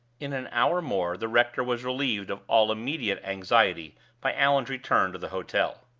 in an hour more the rector was relieved of all immediate anxiety by allan's return to the hotel.